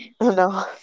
no